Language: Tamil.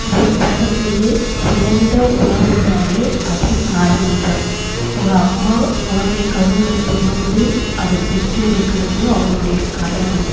உ உல உலகத்துலையே சிறந்த உறவுனாலே அது தாய்மை தான் ஒரு அம்மா குழந்தைய கருவில் சுமந்து அதை பெற்தெடுக்குறது அவங்களுடைய கனவு